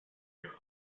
your